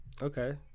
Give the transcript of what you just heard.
Okay